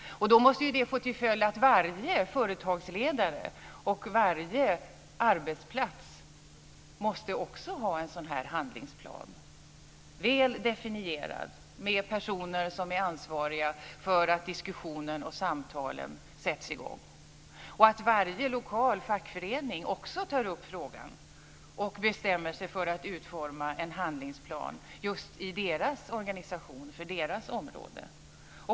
Det måste få till följd att varje företagsledare och varje arbetsplats också måste ha en sådan här handlingsplan, väl definierad, med personer som är ansvariga för att diskussionen och samtalen sätts i gång. Varje lokal fackförening måste också ta upp frågan och bestämma sig för att utforma en handlingsplan just i deras organisation, för deras område.